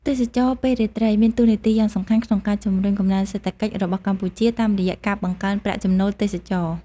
ទេសចរណ៍ពេលរាត្រី មានតួនាទីយ៉ាងសំខាន់ក្នុងការជំរុញកំណើនសេដ្ឋកិច្ចរបស់កម្ពុជា តាមរយៈការបង្កើនប្រាក់ចំណូលទេសចរណ៍។